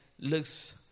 looks